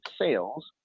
sales